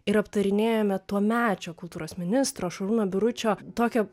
ir aptarinėjome tuomečio kultūros ministro šarūno biručio tokią